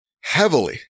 Heavily